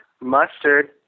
mustard